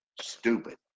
stupid